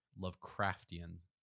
Lovecraftian